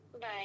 Bye